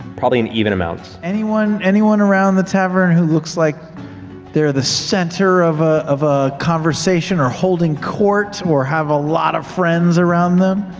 probably in even amounts. sam anyone around the tavern who looks like they're the center of ah of a conversation or holding court or have a lot of friends around them?